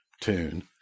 tune